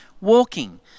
walking